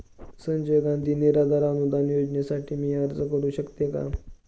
संजय गांधी निराधार अनुदान योजनेसाठी मी अर्ज करू शकते का?